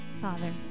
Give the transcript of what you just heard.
Father